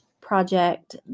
project